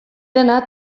dena